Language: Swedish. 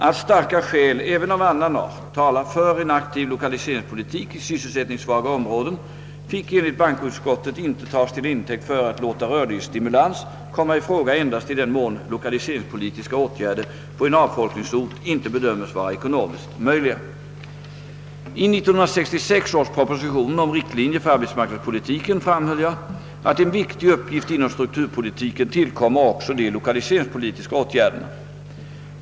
Att starka skäl även av annan art talar för en aktiv lokaliseringspolitik i sysselsättningssvaga områden fick enligt bankoutskottet inte tas till intäkt för att låta rörlighetsstimulans komma i fråga endast i den mån lokaliseringspolitiska åtgärder på en avfolkningsort inte bedömes vara ekonomiskt möjliga. I 1966 års proposition om riktlinjer för arbetsmarknadspolitiken framhöll jag att en viktig uppgift inom strukturpolitiken tillkommer också de lokaliseringspolitiska åtgärderna.